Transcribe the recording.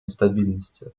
нестабильности